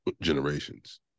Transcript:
generations